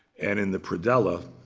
and in the predella,